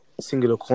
singular